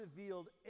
revealed